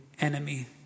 enemy